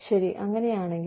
ശരി ആണെങ്കിൽ